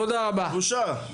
בושה.